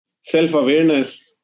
self-awareness